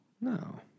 No